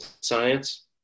science